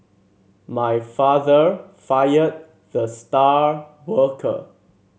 my father fired the star worker